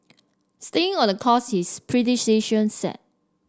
staying on the course his set